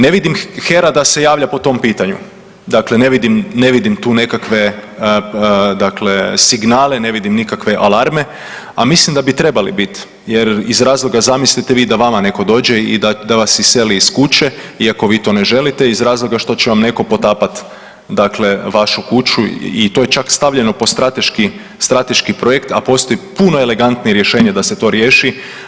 Ne vidim HERA da se javlja po tom pitanju, dakle ne vidim, ne vidim tu nekakve dakle signale, ne vidim nikakve alarme, a mislim da bi trebali biti jer iz razloga zamislite da vama netko dođe i da vas iseli iz kuće iako vi to ne želite iz razloga što će vam netko potapat dakle vašu kuću i to je čak stavljeno pod strateški, strateški projekt, a postoji puno elegantnije rješenje da se to riješi.